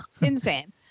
Insane